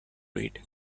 read